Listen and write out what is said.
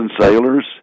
sailors